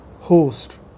host